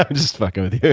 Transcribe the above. um just fucking with